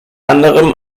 anderem